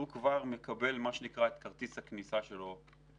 הוא כבר מקבל את כרטיס הכניסה הכניסה שלו לאזרחות.